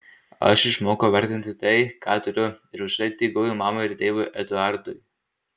aš išmokau vertinti tai ką turiu ir už tai dėkoju mamai ir tėvui eduardui